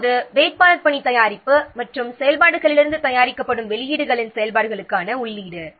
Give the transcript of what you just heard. இப்போது வேட்பாளர் பணி தயாரிப்பு மற்றும் செயல்பாடுகளிலிருந்து தயாரிக்கப்படும் வெளியீடுகளின் செயல்பாடுகளுக்கான உள்ளீடு